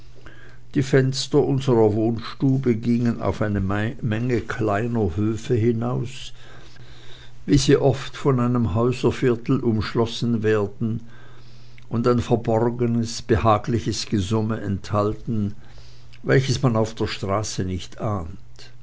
die fenster unserer wohnstube gingen auf eine menge kleiner höfe hinaus wie sie oft von einem häuserviertel umschlossen werden und ein verborgenes behagliches gesumme enthalten welches man auf der straße nicht ahnt